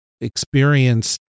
experienced